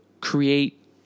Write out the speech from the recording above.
create